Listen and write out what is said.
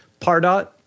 Pardot